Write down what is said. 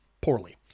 poorly